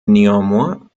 néanmoins